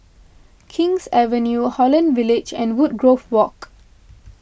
King's Avenue Holland Village and Woodgrove Walk